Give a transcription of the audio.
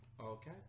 Okay